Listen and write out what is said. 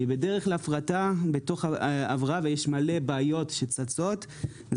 היא בדרך להפרטה בתוך הבראה וצצות הרבה בעיות ואלה